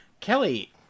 Kelly